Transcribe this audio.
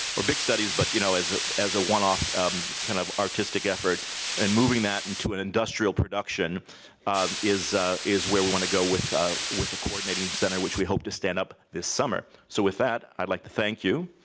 or big studies but you know as as a one-off kind of artistic effort and moving that into an industrial production is is where i want to go with ah with the coordinating center which we hope to stand up this summer so with that i'd like to thank you.